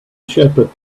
shepherd